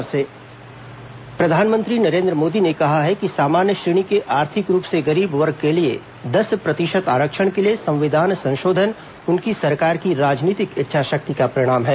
प्रधानमंत्री आरक्षण प्रधानमंत्री नरेन्द्र मोदी ने कहा है कि सामान्य श्रेणी के आर्थिक रूप से गरीब वर्ग के लिए दस प्रतिशत आरक्षण के लिए संविधान संशोधन उनकी सरकार की राजनीतिक इच्छाशक्ति का परिणाम है